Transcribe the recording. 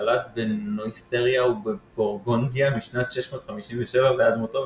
ששלט בנויסטריה ובבורגונדיה משנת 657 ועד מותו,